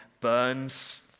burns